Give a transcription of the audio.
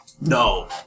No